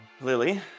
Lily